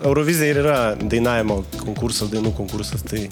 eurovizija ir yra dainavimo konkurso dainų konkursas tai